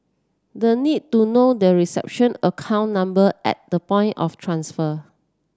the need to know the reception account number at the point of transfer